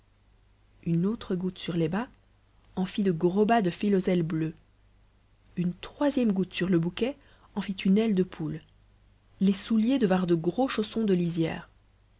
une autre goutte sur les bas en fit de gros bas de filoselle bleus une troisième goutte sur le bouquet en fit une aile de poule les souliers devinrent de gros chaussons de lisière